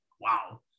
wow